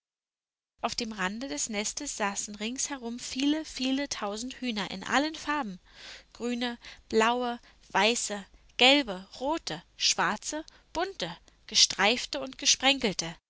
auf dem rande des nestes saßen ringsherum viele viele tausend hühner in allen farben grüne blaue weiße gelbe rote schwarze bunte gestreifte und gesprenkelte